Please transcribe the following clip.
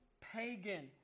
pagan